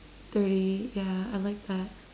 thirty yeah I like that